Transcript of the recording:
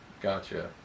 Gotcha